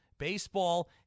Baseball